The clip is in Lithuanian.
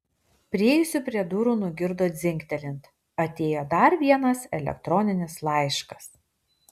priėjusi prie durų nugirdo dzingtelint atėjo dar vienas elektroninis laiškas